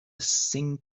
thing